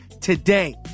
today